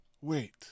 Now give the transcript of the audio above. Wait